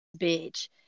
bitch